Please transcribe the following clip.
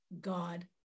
god